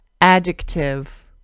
Adjective